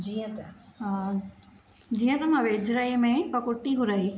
जीअं त जीअं त मां वेझिड़ाईअ में ॿ कुर्ती घुराई हुई